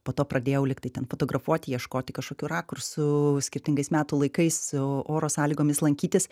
po to pradėjau lyg tai ten fotografuoti ieškoti kažkokių rakursų skirtingais metų laikais o oro sąlygomis lankytis